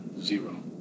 zero